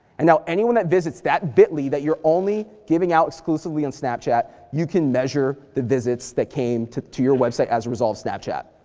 and now anyone that visits that bit-lee that you're only giving out exclusively on snapchat, you can measure the visits that came to to your website as a result of snapchat.